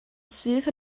syth